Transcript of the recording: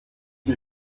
die